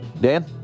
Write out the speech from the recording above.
Dan